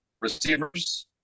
receivers